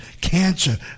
cancer